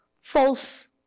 false